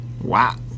Wow